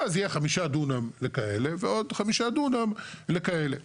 ואז יהיה חמישה דונם לכאלה ועוד חמישה דונם לכאלה.